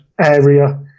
area